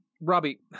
Robbie